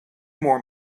more